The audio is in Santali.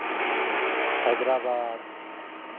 ᱦᱟᱭᱫᱨᱟᱵᱟᱫ